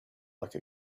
like